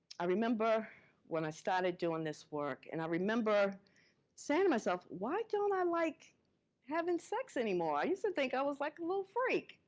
i remember when i started doing this work, and i remember saying to myself, why don't i like having sex any more? i used to think i was like a little freak,